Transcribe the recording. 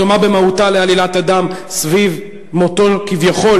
הדומה במהותה לעלילת הדם סביב מותו כביכול